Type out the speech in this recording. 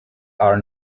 are